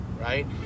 right